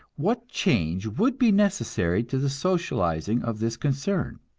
what change would be necessary to the socializing of this concern?